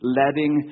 letting